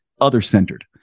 other-centered